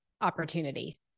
opportunity